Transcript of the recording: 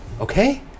okay